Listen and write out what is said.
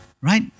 right